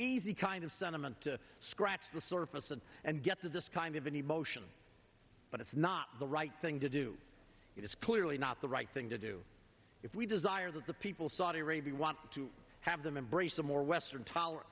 easy kind of sentiment to scratch the surface and and get to this kind of an emotion but it's not the right thing to do it is clearly not the right thing to do if we desire that the people saudi arabia want to have them embrace a more western toler